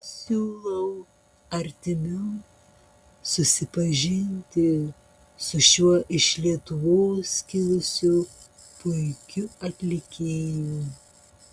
siūlau artimiau susipažinti su šiuo iš lietuvos kilusiu puikiu atlikėju